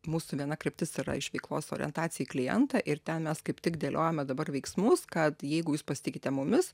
mūsų viena kryptis yra iš veiklos orientacija į klientą ir ten mes kaip tik dėliojame dabar veiksmus kad jeigu jūs pasitikite mumis